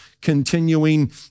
continuing